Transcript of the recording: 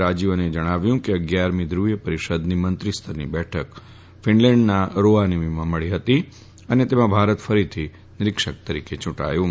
રાજીવને જણાવ્યું કે અગીયારમી ધ્રુવીય પરિષદની મંત્રી સ્તરની બેઠક ફિનલેન્ડના રોવાનીમીમાં મળી હતી અને તેમાં ભારત ફરીથી નીરીક્ષક તરીકે ચુંટાયું છે